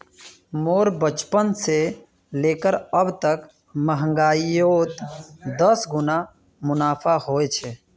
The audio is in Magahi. मोर बचपन से लेकर अब तक महंगाईयोत दस गुना मुनाफा होए छे